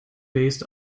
based